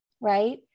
right